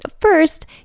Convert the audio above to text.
First